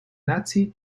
nazi